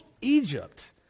Egypt